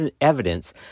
evidence